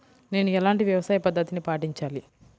నేను ఎలాంటి వ్యవసాయ పద్ధతిని పాటించాలి?